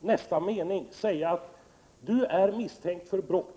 nästa mening säga att ”du är misstänkt för brott.